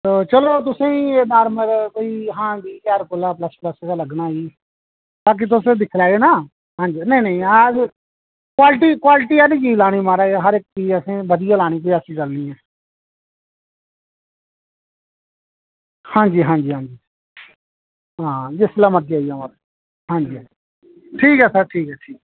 ते चलो तुसेंई नार्मल कोई हां बीह् ज्हार कोला प्लस प्लस गै लग्गना जी अग्गें तुस दिक्खी लैएओ ना हां जी नेईं नेईं हां तुस क्वालिटी क्वालिटी आह्ली चीज़ लानी महाराज हर इक चीज़ असें बधिया लानी जी ऐसी गल्ल नेईं ऐ हां जी हां जी हां जिसलै मर्ज़ी आई जाओ हां जी हां जी ठीक ऐ सर ठीक ऐ ठीक ऐ ठीक ऐ